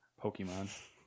Pokemon